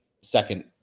second